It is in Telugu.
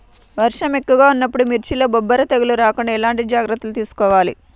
వర్షం ఎక్కువగా ఉన్నప్పుడు మిర్చిలో బొబ్బర తెగులు రాకుండా ఎలాంటి జాగ్రత్తలు తీసుకోవాలి?